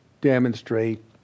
demonstrate